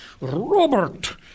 Robert